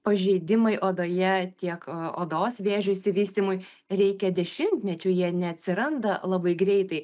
pažeidimai odoje tiek odos vėžio išsivystymui reikia dešimtmečių jie neatsiranda labai greitai